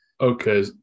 Okay